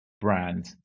brand